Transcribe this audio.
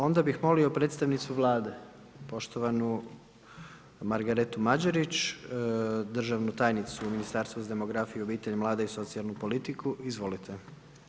Onda bi molio predstavnicu Vlade, poštovanu Margaretu Mađerić, državnu tajnicu u Ministarstvu demografije obitelji, mlade i socijalnu politiku, izvolite.